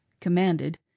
commanded